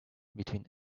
between